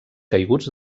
caiguts